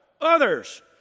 others